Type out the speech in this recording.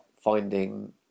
finding